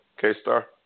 K-Star